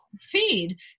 feed